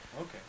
Okay